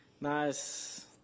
nice